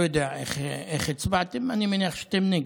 לא יודע מה הצבעת, אני מניח שאתם נגד.